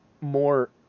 more